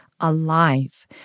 alive